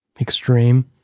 extreme